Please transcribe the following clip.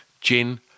Gin